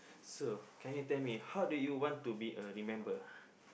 so can you tell me how do you want to be uh remember